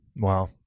Wow